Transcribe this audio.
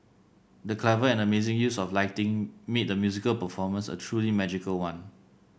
the clever and amazing use of lighting made the musical performance a truly magical one